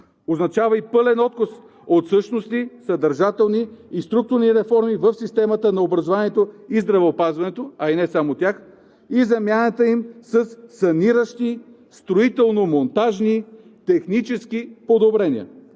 Означава и пълен отказ от същностни, съдържателни и структурни реформи в системите на образованието и здравеопазването, а и не само в тях, и заменянето им със „саниращи“, „строително-монтажни“ и „технически“ подобрения.